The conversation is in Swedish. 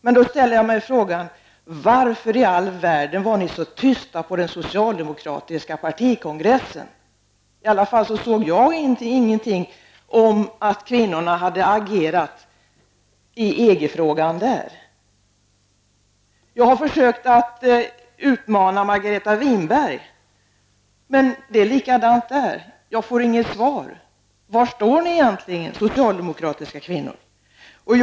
Men då ställer jag frågan: Varför i all världen var ni så tysta på den socialdemokratiska partikongressen? Jag såg i alla fall ingenting om att kvinnorna hade agerat i EG-frågan där. Jag har försökt att utmana Margareta Winberg. Men det är samma sak där. Jag får inget svar. Var står ni socialdemokratiska kvinnor egentligen?